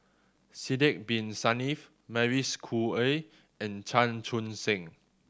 Sidek Bin Saniff Mavis Khoo Oei and Chan Chun Sing